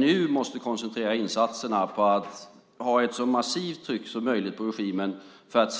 Nu måste vi koncentrera insatserna på att ha ett så massivt tryck som möjligt på regimen för att